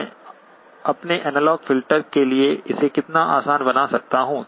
मैं अपने analog filter के लिए इसे कितना आसान बना सकता हूं